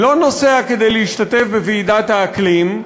לא נוסע כדי להשתתף בוועידת האקלים,